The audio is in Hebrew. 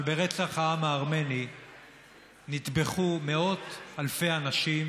אבל ברצח העם הארמני נטבחו מאות אלפי אנשים